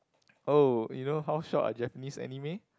oh you know how short are Japanese anime